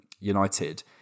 United